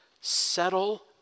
settle